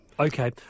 Okay